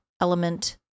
element